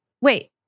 Wait